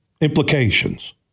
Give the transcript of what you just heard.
implications